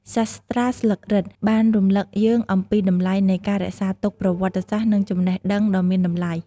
សាស្រ្តាស្លឹករឹតបានរំលឹកយើងអំពីតម្លៃនៃការរក្សាទុកប្រវត្តិសាស្ត្រ និងចំណេះដឹងដ៏មានតម្លៃ។